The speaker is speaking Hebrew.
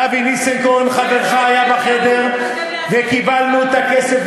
ואבי ניסנקורן חברך היה בחדר וקיבלנו את הכסף,